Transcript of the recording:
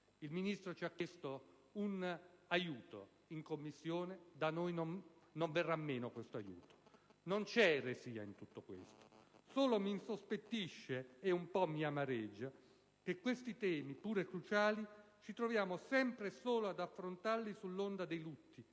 Il Ministro ci ha chiesto un aiuto, in Commissione da noi non verrà meno questo aiuto. Non c'è eresia in tutto questo. Solo mi insospettisce e un po' mi amareggia che questi temi, pure cruciali, ci troviamo sempre e solo ad affrontarli sull'onda dei lutti